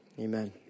Amen